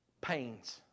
pains